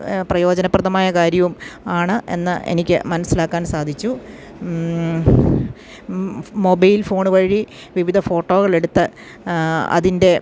പ്രയോജനപ്രദമായ കാര്യവുമാണെന്ന് എനിക്ക് മനസ്സിലാക്കാൻ സാധിച്ചു മൊബൈൽ ഫോണ് വഴി വിവിധ ഫോട്ടോകളെടുത്ത് അതിൻ്റെ